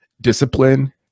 discipline